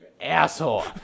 Asshole